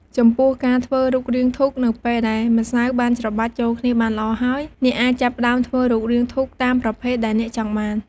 ចំពោះការធ្វើរូបរាងធូបនៅពេលដែលម្សៅបានច្របាច់ចូលគ្នាបានល្អហើយ អ្នកអាចចាប់ផ្តើមធ្វើរូបរាងធូបតាមប្រភេទដែលអ្នកចង់បាន។